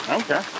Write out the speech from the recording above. okay